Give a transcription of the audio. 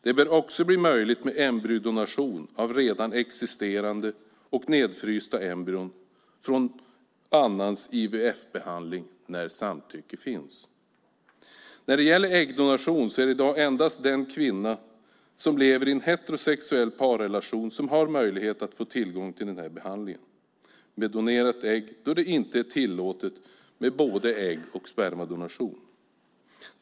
Det bör också bli möjligt med donation av redan existerande och nedfrysta embryon från annans IVF-behandling när samtycke finns. När det gäller äggdonation är det i dag endast den kvinna som lever i en heterosexuell parrelation som har möjlighet att få tillgång till behandling med donerat ägg, då det inte är tillåtet med både ägg och spermadonation.